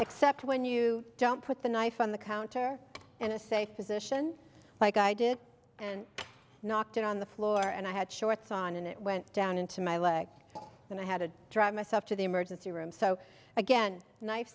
except when you don't put the knife on the counter and a safe position like i did and knocked on the floor and i had shorts on and it went down into my leg and i had to drive myself to the emergency room so again